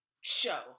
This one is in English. show